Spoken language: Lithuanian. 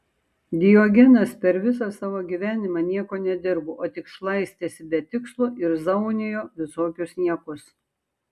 diogenas per visą savo gyvenimą nieko nedirbo o tik šlaistėsi be tikslo ir zaunijo visokius niekus